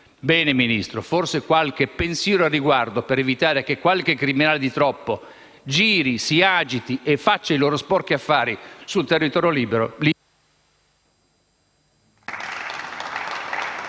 Bene, Ministro, forse qualche pensiero al riguardo, per evitare che qualche criminale di troppo giri, si agiti e faccia i suoi sporchi affari sul territorio libico,